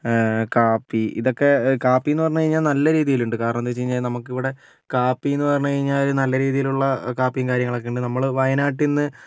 കാപ്പി ഇതൊക്കെ കാപ്പിയെന്ന് പറഞ്ഞ്കഴിഞ്ഞാൽ നല്ലരീതിയിലുണ്ട് കാരണമെന്ന് വെച്ചുകഴിഞ്ഞാൽ നമുക്ക് ഇവിടെ കാപ്പിയെന്ന് പറഞ്ഞ്കഴിഞ്ഞാൽ നല്ലരീതിയിലുള്ള കാപ്പിയും കാര്യങ്ങളൊക്കെയും ഉണ്ട് നമ്മൾ വായനാട്ടിൽ നിന്ന്